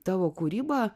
tavo kūrybą